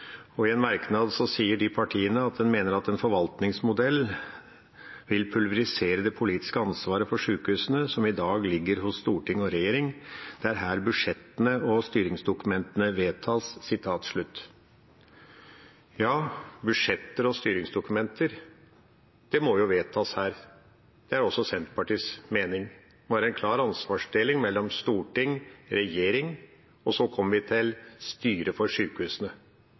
i denne innstillinga. I en merknad sier disse partiene at en mener at en forvaltningsmodell «vil pulverisere det politiske ansvaret for sykehusene, som i dag ligger hos Stortinget og regjeringen. Det er her budsjettene og styringsdokumentene vedtas.» Ja, budsjetter og styringsdokumenter må vedtas her, det er også Senterpartiets mening. Det må være en klar ansvarsdeling mellom storting og regjering. Så kommer vi til styret for